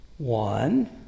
One